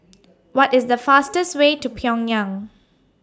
What IS The fastest Way to Pyongyang